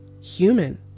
human